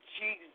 Jesus